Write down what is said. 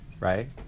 right